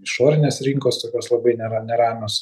išorinės rinkos tokios labai nera neramios